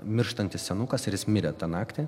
mirštantis senukas ir jis mirė tą naktį